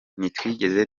ntitwigeze